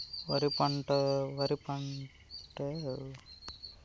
వరి పంట ఎన్ని నెలల్లో పండించగలం ఆ నెలల పేర్లను తెలుపండి?